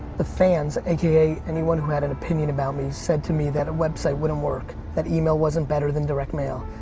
the fans aka anyone who had an opinion about me said to me that a website wouldn't work. that email wasn't better than direct email.